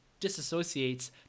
disassociates